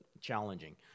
challenging